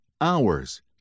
hours